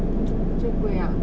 就不要